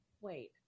Wait